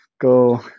go